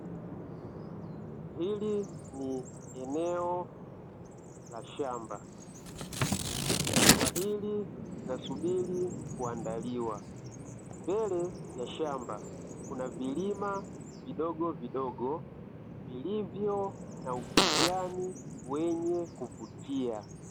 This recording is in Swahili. Hili ni eneo la shamba. Shamba hili linasubiri kuandaliwa. Mbele ya shamba kuna vilima vidogovidogo, vilivyo na ukijani wenye kuvutia.